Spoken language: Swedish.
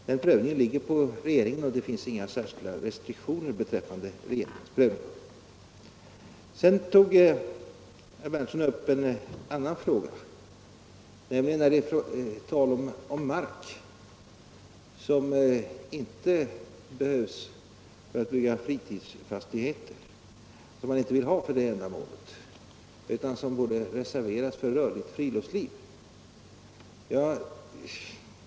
Den prövningen ligger på regeringen, och det finns inga särskilda restriktioner beträffande denna prövning. Sedan drog herr Berndtson upp en annan fråga och den gällde mark som avses för uppförande av fritidsfastigheter men som man inte vill ha för det ändamålet utan vill reservera för rörligt friluftsliv.